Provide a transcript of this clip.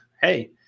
hey